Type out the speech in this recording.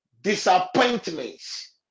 disappointments